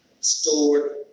stored